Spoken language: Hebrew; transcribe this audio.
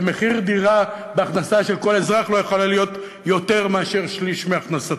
ומחיר דירה בהכנסה של כל אזרח לא יכול להיות יותר מאשר שליש מהכנסתו.